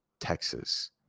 texas